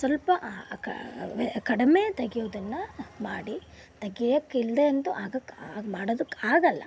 ಸ್ವಲ್ಪ ಕಡಿಮೆ ತೆಗೆಯೋದನ್ನು ಮಾಡಿ ತೆಗೆಯೋಕ್ಕೆ ಇಲ್ಲದೆ ಅಂತು ಆಗೋಕೆ ಹಾಗೆ ಮಾಡೋದಕ್ಕೆ ಆಗಲ್ಲ